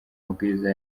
mabwiriza